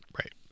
right